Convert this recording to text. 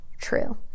true